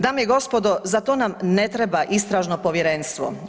Dame i gospodo, za to nam ne treba istražno povjerenstvo.